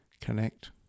connect